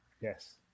yes